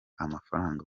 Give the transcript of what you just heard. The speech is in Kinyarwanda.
amafaranga